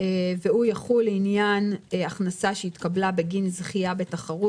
והוא יחול לעניין הכנסה שהתקבלה בגין זכייה בתחרות